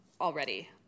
already